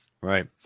Right